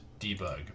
debug